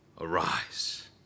arise